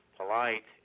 polite